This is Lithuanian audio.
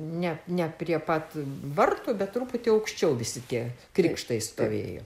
ne ne prie pat vartų bet truputį aukščiau visi tie krikštai stovėjo